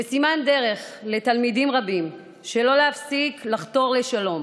כסימן דרך לתלמידים רבים שלא להפסיק לחתור לשלום,